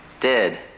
Dead